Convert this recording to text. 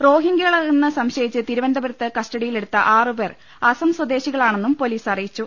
റോഹിങ്കൃകളെന്ന് സംശയിച്ച് തിരുവനന്തപുരത്ത് കസ്റ്റഡി യിലെടുത്ത ആറുപേർ അസം സ്വദേശികളാണെന്നും പൊലീസ് അറിയിച്ചു